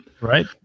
right